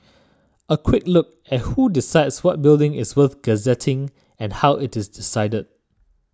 a quick look at who decides what building is worth gazetting and how it is decided